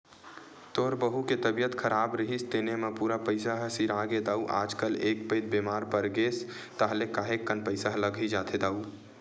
तोर बहू के तबीयत खराब रिहिस तेने म पूरा पइसा ह सिरागे दाऊ आजकल एक पइत बेमार परगेस ताहले काहेक कन पइसा ह लग ही जाथे दाऊ